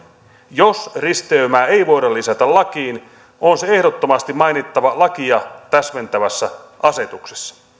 jos risteymää ei voida lisätä lakiin on se ehdottomasti mainittava lakia täsmentävässä asetuksessa